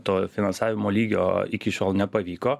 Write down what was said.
to finansavimo lygio iki šiol nepavyko